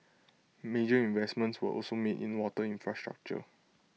major investments were also made in water infrastructure